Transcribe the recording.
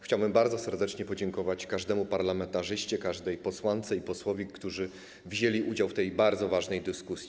Chciałbym bardzo serdecznie podziękować każdemu parlamentarzyście, każdej posłance i każdemu posłowi, którzy wzięli udział w tej bardzo ważnej dyskusji.